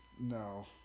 No